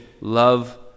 love